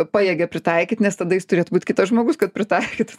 pajėgia pritaikyt nes tada jis turėtų būt kitas žmogus kad pritaikyt